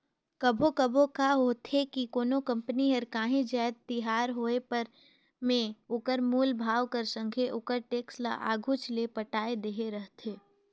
कभों कभों का होथे कि कोनो कंपनी हर कांही जाएत तियार होय पर में ओकर मूल भाव कर संघे ओकर टेक्स ल आघुच ले पटाए देहे रहथे